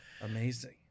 Amazing